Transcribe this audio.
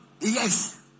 yes